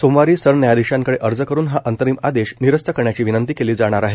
सोमवारी सरन्यायाधिशांकडे अर्ज करून हा अंतरिम आदेश निरस्त करण्याची विनंती केली जाणार आहे